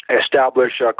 establish